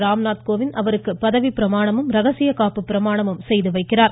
ராம்நாத் கோவிந்த் அவருக்கு பதவி பிரமாணமும் இரகசிய காப்பு பிரமாணமும் செய்து வைக்கிறார்